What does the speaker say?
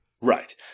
Right